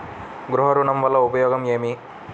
గృహ ఋణం వల్ల ఉపయోగం ఏమి?